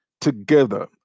together